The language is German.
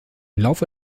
laufe